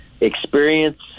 Experience